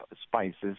spices